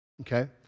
Okay